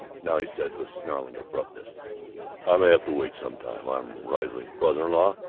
now he said with snarling abruptness i may have to wait some time. i'm riesling's brother-in-law.